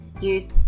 youth